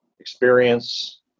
experience